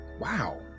Wow